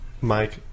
Mike